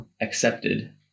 accepted